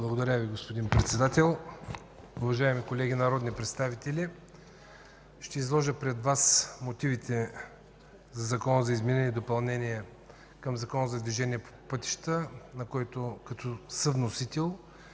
Благодаря, господин Председател. Уважаеми колеги народни представители, ще изложа пред Вас мотивите към Закона за изменение и допълнение на Закона за движение по пътищата, на който съм съвносител.